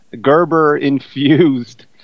Gerber-infused